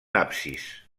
absis